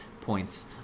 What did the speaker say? points